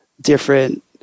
different